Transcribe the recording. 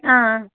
ஆ ஆ